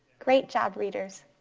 great job readers,